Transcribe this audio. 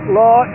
law